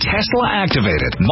Tesla-activated